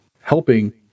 helping